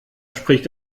spricht